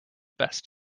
best